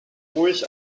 ruhig